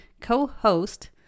Co-host